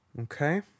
Okay